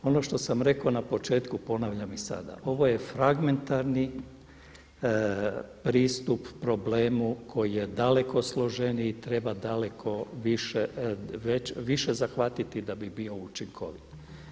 Ono što sam rekao na početku, ponavljam i sada, ovo je fragmentarni pristup problemu koji je daleko složeniji i treba daleko više zahvatiti da bi bio učinkovit.